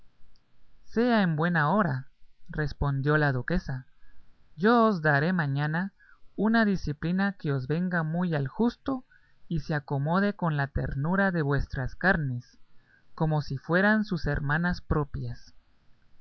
sea en buena hora respondió la duquesa yo os daré mañana una diciplina que os venga muy al justo y se acomode con la ternura de vuestras carnes como si fueran sus hermanas propias